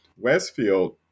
Westfield